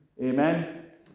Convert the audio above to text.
Amen